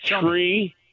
three